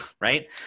right